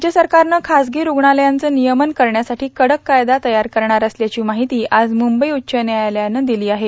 राज्य सरकारनं खाजगी रूग्णालयांचं नियमन करण्यासाठी कडक कायदा तयार करणार असल्याची माहिती आज म्रंबई उच्च न्यायालयाला दिली आहे